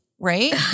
Right